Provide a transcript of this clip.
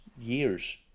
years